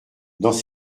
dans